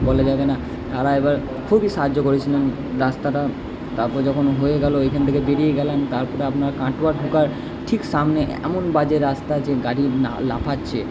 বলা যাবে না তারা এবার খুবই সাহায্য করেছিলেন রাস্তাটা তারপর যখন হয়ে গেলো ওইখান থেকে বেরিয়ে গেলাম তারপরে আপনার কাটোয়া ঢোকার ঠিক সামনে এমন বাজে রাস্তা যে গাড়ি না লাফাচ্ছে